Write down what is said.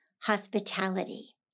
hospitality